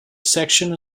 section